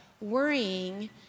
worrying